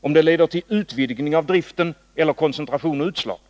om det leder till utvidgning av driften eller till koncentration och utslagning.